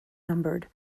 numbered